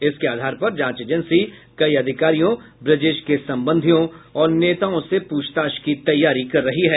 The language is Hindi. इसके आधार पर जांच एजेंसी कई अधिकारियों ब्रजेश के संबंधियों और नेताओं से प्रछताछ की तैयारी कर रही है